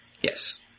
Yes